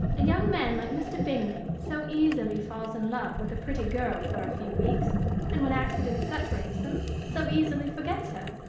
a young man like mr. bingley so easily falls in love with a pretty girl for a few weeks and, when accident separates them, so easily forgets her,